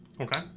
okay